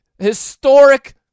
historic